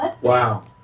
Wow